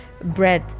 bread